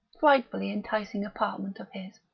frightfully enticing apartment of his,